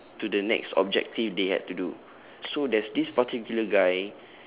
to the next objective they had to do so there's this particular guy